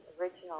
original